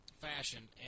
fashion